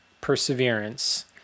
Perseverance